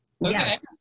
Yes